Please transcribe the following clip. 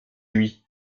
lui